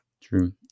True